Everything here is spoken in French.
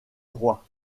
roi